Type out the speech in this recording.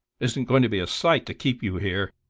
isn't going to be a sight to keep you here.